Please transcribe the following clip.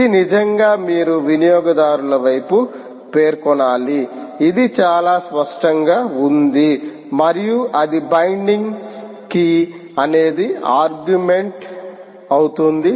ఇది నిజంగా మీరు వినియోగదారుల వైపు పేర్కొనాలి ఇది చాలా స్పష్టంగా ఉంది మరియు అది బైండింగ్ కీ అనేది ఆర్గుమెంట్ అవుతుంది